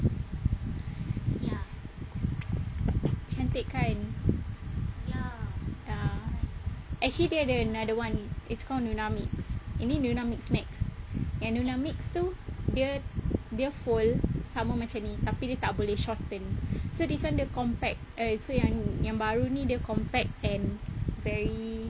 cantik kan ah actually dia ada another one it's called Nuna Mixx ini Nuna Mixx next yang Nuna Mixx tu dia fold sama macam ni tapi dia tak boleh shorten so dia macam dia compact err so yang ni yang baru ni dia compact and very